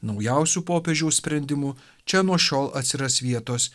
naujausiu popiežiaus sprendimu čia nuo šiol atsiras vietos